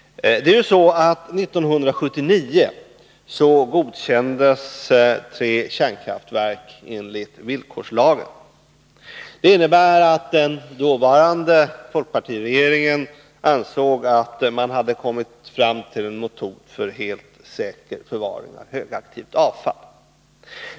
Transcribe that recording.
1979 godkändes tre kärnkraftverk enligt villkorslagen. Det innebär att den dåvarande folkpartiregeringen ansåg att man hade kommit fram till en metod för helt säker förvaring av högaktivt avfall.